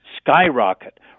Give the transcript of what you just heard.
skyrocket